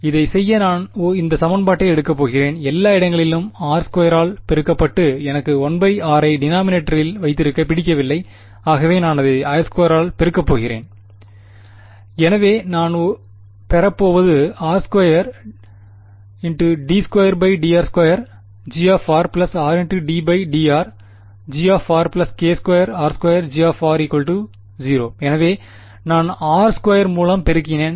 எனவே இதைச் செய்ய நான் இந்த சமன்பாட்டை எடுக்கப் போகிறேன் எல்லா இடங்களிலும் r2 ஆல் பெருக்கவும் எனக்கு 1r ஐ டினாமினேட்டரில் வைத்திருக்க பிடிக்கவில்லை ஆகவே நான் அதை r2ஆல் பெருக்க போகிறேன் எனவே நான் ஒரு பெற போவது r2d2dr2G r ddrG k2r2G 0 எனவே நான் r ஸ்கொயர் மூலம் பெருக்கினேன்